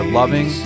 loving